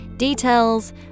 details